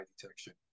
detection